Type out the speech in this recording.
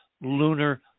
lunar